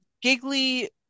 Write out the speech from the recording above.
giggly